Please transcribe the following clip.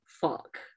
fuck